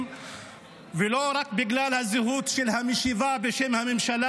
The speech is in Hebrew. ולא רק בגלל הזהות של המשיבה בשם הממשלה.